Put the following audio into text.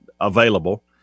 available